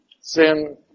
sin